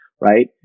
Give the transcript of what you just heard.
right